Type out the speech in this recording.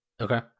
Okay